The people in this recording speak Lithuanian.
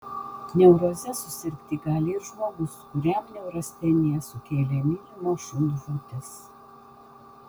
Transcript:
neuroze susirgti gali ir žmogus kuriam neurasteniją sukėlė mylimo šuns žūtis